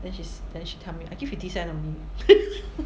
then she then she tell me I give fifty cent only